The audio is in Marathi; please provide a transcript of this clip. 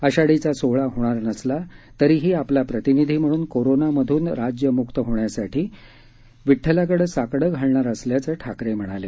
आषाढीचा सोहळा होणार नसला तरीही आपला प्रतिनिधी म्हणून कोरोनामधून राज्य म्क्त होण्यासाठी विठ्ठलाकडे साकडं घालणार असल्याचं ठाकरे म्हणाले